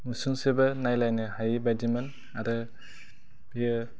मुसुंसेबो नायलायनो हायै बायदिमोन आरो बियो